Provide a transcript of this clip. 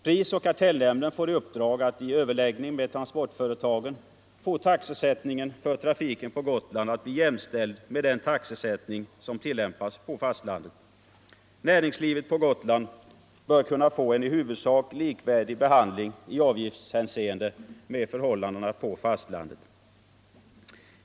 Prisoch kartellnämnden får i uppdrag att i samarbete med transportföretagen göra taxesättningen för trafik på Gotland jämställd med den taxesättning som tillämpas på fastlandet. Näringslivet på Gotland bör kunna få en med näringslivet på fastlandet i huvudsak likvärdig behandling i avgiftshänseende.